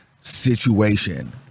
situation